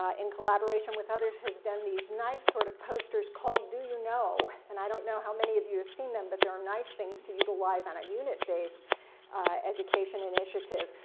ah in collaboration with others, has done these nice sort of posters called, do you know? and i don't know how many of you have seen them, but they're um nice things to utilize on a unit-based education initiative.